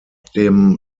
dem